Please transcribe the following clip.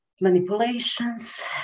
manipulations